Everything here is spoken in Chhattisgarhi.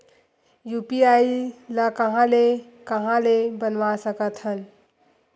यू.पी.आई ल कहां ले कहां ले बनवा सकत हन?